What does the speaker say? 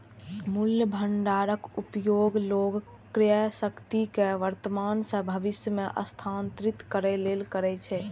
मूल्य भंडारक उपयोग लोग क्रयशक्ति कें वर्तमान सं भविष्य मे स्थानांतरित करै लेल करै छै